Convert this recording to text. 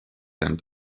and